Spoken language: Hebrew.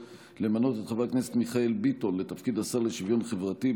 3. למנות את חבר הכנסת מיכאל ביטון לתפקיד השר לשוויון חברתי,